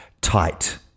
tight